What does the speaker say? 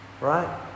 Right